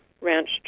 ranch